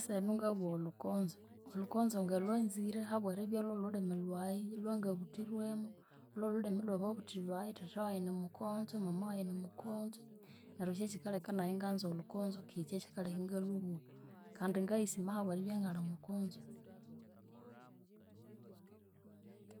Esahenu ngabugha olhukonzo, olhukonzo ngalhwanzire habw'eribya ly'olhulimi lhwayi ilhwangabuthirwemo, lw'olhulimi olhw'ababuthi bayi, thatha wayi nimukonzo, mama wayi nimukonzo, neryo ky'ekikalheka nayi inganza olhukonzo ki ky'ekikalheka ingalhubugha, kandi ngayisima ahabw'eribya ngali mukonzo.